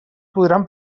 podran